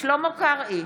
שלמה קרעי,